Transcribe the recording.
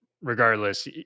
regardless